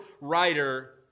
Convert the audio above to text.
writer